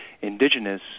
indigenous